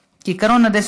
כולנו, לא?